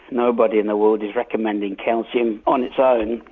nobody in the world is recommending calcium on its ah like